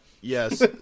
yes